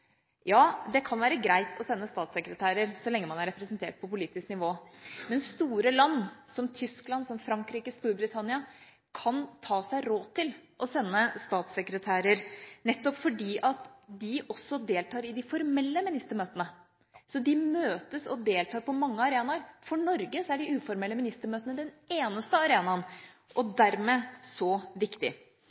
så lenge man er representert på politisk nivå. Store land – som Tyskland, Frankrike og Storbritannia – kan ta seg råd til å sende statssekretærer, nettopp fordi de også deltar i de formelle ministermøtene. De møtes og deltar på mange arenaer. For Norge er de uformelle ministermøtene den eneste arenaen og dermed så viktig.